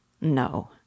No